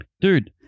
Dude